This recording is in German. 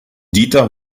dieter